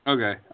Okay